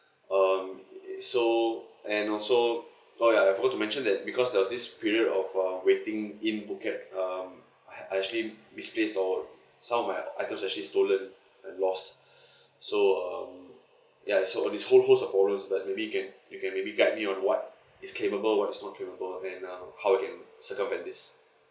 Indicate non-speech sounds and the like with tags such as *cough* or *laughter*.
um so and also oh ya I forgot to mention that because there's this period of um waiting in phuket um I had I actually misplaced or some my items actually stolen and lost *breath* so um ya this whole whole problems but maybe you can you maybe can guide me on what is capable and what is not capable of and um how I can circumvent this